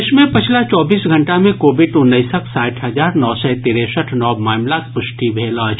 देश मे पछिला चौबीस घंटा मे कोविड उन्नैसक साठि हजार नओ सय तिरेसठ नव मामिलाक पुष्टि भेल अछि